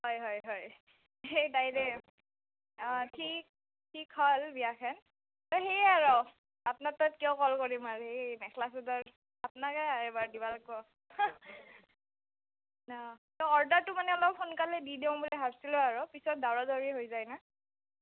হয় হয় হয় এই তাইৰে অঁ ঠিক হ'ল বিয়াখান সেই আৰু আপ্নাৰ তাত কিয় কল কৰিম আৰু এই মেখলা চাদৰ আপ্নালোকেই এইবাৰ দিবা লাগ্ব অঁ অৰ্ডাৰটো মানে অলপ সোনকালে দি দিউ বুলি ভাবচিলোঁ আৰু পিছত দাউৰা দাউৰী হৈ যায় না